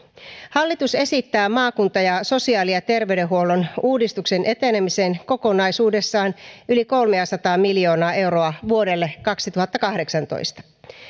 hallitus esittää maakunta ja sosiaali ja terveydenhuollon uudistuksen etenemiseen kokonaisuudessaan yli kolmeasataa miljoonaa euroa vuodelle kaksituhattakahdeksantoista